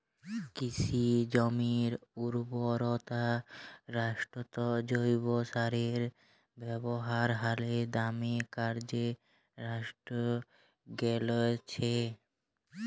কিসি জমির উরবরতা বাঢ়াত্যে জৈব সারের ব্যাবহার হালে দমে কর্যে বাঢ়্যে গেইলছে